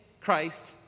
Christ